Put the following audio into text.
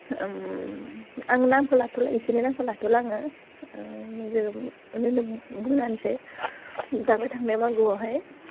आं नामखौ लाथ'ला इसोरनि नामखौ लाथ'ला आङो जेखुनु ओरैनो बुंना होनोसै दाखालि थांनाय मागोआवहाय